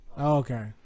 Okay